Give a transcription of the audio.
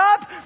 up